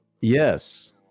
Yes